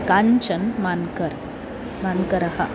Kanchan Mankar मान्करः